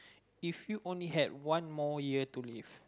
if you only have one more year to live